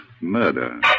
murder